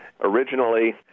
Originally